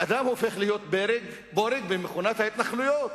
האדם הופך להיות בורג במכונת ההתנחלויות.